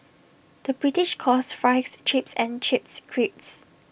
the British calls Fries Chips and Chips Crisps